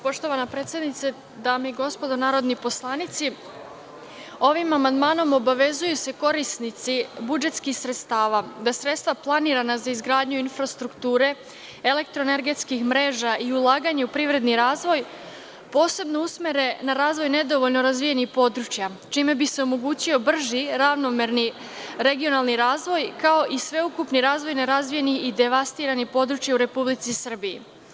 Poštovana predsednice, dame i gospodo narodni poslanici, ovim amandmanom obavezuju se korisnici budžetskih sredstava da sredstva planirana za izgradnju infrastrukture, elektro-energetskih mreža i ulaganje u privredni razvoj posebno usmere na razvoj nedovoljno razvijenih područja, čime bi se omogućio brži, ravnomerni regionalni razvoj, kao i sve ukupni razvoj nerazvijenih i devastiranih područja u Republici Srbiji.